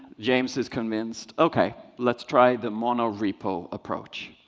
james is convinced, ok, let's try the monorepo approach.